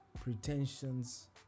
pretensions